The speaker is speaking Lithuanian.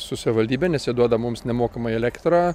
su savivaldybe nes jie duoda mums nemokamai elektrą